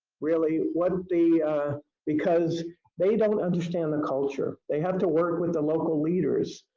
really wouldn't be because they don't understand the culture. they have to work with the local leaders.